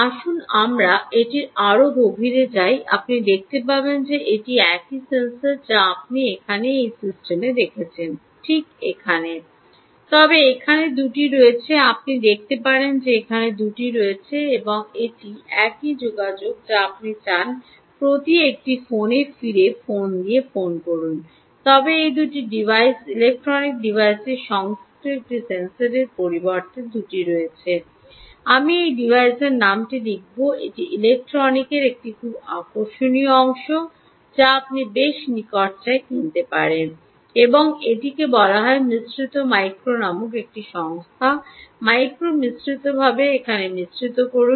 আসুন আমরা এটির আরও গভীরে যাই আপনি দেখতে পাবেন যে এটি একই সেন্সর যা আপনি এখানে এই সিস্টেমে দেখেছেন ঠিক সেখানে তবে এখানে দুটি রয়েছে আপনি দেখতে পারেন যে এখানে দুটি রয়েছে এবং এটি একই যোগাযোগ যা আপনি চান প্রতি একটি ফোনে ফিরে ফোন দিয়ে করুন তবে এই দুটি ডিভাইস ইলেক্ট্রনিক ডিভাইসে সংযুক্ত একটি সেন্সরের পরিবর্তে দুটি রয়েছে আমি এই ডিভাইসের নামটি লিখব এটি ইলেকট্রনিকের একটি খুব আকর্ষণীয় অংশ যা আপনি বেশ নিখরচায় কিনতে পারেন এবং এটি বলা হয় মিশ্রিত মাইক্রো নামক একটি সংস্থা থেকে মাইক্রো মিশ্রিতভাবে সেখানে মিশ্রিত করুন